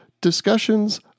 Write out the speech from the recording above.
discussions